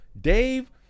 Dave